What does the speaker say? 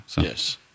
Yes